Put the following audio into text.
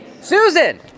Susan